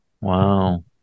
Wow